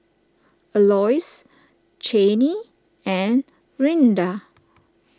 Aloys Chanie and Rinda